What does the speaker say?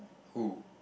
who